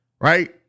right